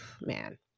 man